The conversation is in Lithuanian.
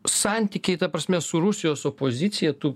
santykį ta prasme su rusijos opozicija tu